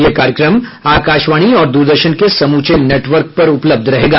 यह कार्यक्रम आकाशवाणी और द्रदर्शन के समूचे नेटवर्क पर उपलब्ध रहेगा